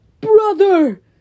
Brother